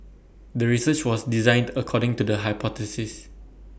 the research was designed according to the hypothesis